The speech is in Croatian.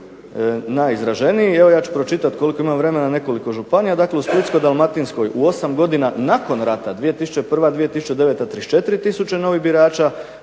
najizraženiji. Evo ja ću pročitati koliko imam vremena nekoliko županija. Dakle, u Splitsko-dalmatinskoj u 8 godina nakon rata, 2001.-2009. 34 tisuće novih birača,